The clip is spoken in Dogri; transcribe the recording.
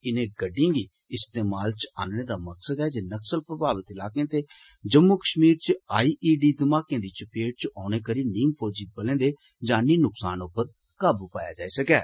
इनें गड्डियें गी इस्तेमाल च आनने दा मकसद ऐ जे नक्सल प्रमावित इलाकें ते जम्मू कश्मीर च आई ई डी घमाकें दी चपेट च औने करी नीम फौजी बलें दे जानी नुक्सान उप्पर काबू पाया जाई सकै